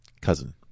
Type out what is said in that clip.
Cousin